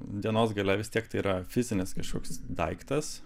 dienos gale vis tiek tai yra fizinis kažkoks daiktas